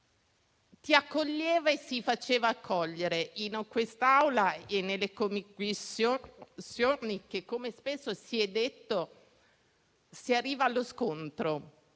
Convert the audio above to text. Ti accoglieva e si faceva accogliere in quest'Aula e nelle Commissioni dove - come spesso si è detto - si arriva allo scontro.